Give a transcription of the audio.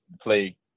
play